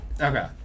Okay